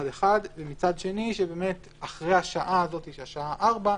ומצד שני, אחרי השעה הזאת, שהיא השעה 16:00,